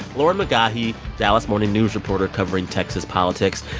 lauren mcgaughy, dallas morning news reporter covering texas politics.